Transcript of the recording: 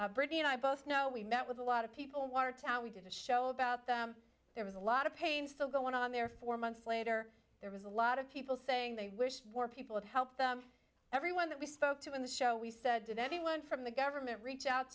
bombing britney and i both know we met with a lot of people we did a show about them there was a lot of pain still going on there four months later there was a lot of people saying they wish more people would help them everyone that we spoke to in the show we said did anyone from the government reach out